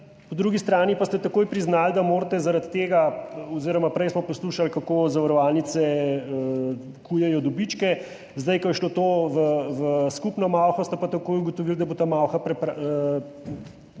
po drugi strani pa ste takoj priznali, da morate zaradi tega oziroma prej smo poslušali, kako zavarovalnice kujejo dobičke, zdaj, ko je šlo to v skupno malho, ste pa takoj ugotovili, da ta malha ne bo imela